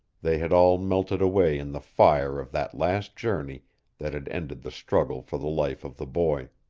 they had all melted away in the fire of that last journey that had ended the struggle for the life of the boy.